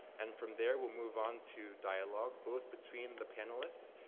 and from there, we'll move on to dialogue, both between the panelists,